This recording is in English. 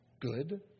Good